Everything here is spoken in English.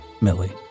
Millie